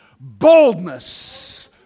Boldness